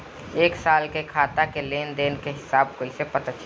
एक साल के खाता के लेन देन के हिसाब कइसे पता चली?